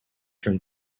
from